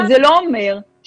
לא היינו במציאות של הסגר השני.